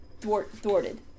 Thwarted